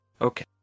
Okay